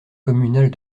communale